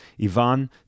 Ivan